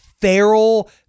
feral